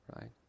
right